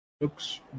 looks